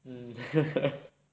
mmhmm